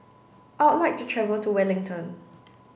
I would like to travel to Wellington